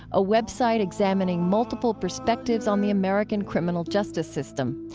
a website examining multiple perspectives on the american criminal justice system.